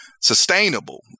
sustainable